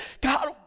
God